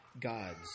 gods